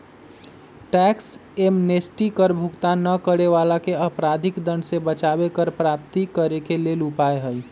tax amnesty कर भुगतान न करे वलाके अपराधिक दंड से बचाबे कर प्राप्त करेके लेल उपाय हइ